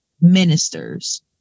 ministers